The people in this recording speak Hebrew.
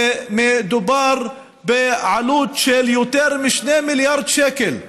שמדובר בעלות של יותר מ-2 מיליארד שקל.